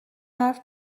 حرف